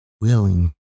willing